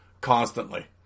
constantly